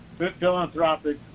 philanthropic